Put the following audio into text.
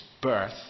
birth